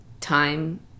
time